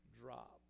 drop